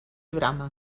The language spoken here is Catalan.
brama